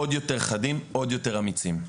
עוד יותר חדים ועוד יותר אמיצים.